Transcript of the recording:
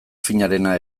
finarena